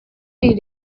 did